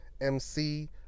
MC